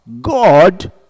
God